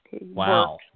Wow